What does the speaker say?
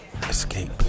escape